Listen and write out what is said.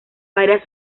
varias